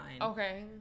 Okay